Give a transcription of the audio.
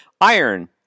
iron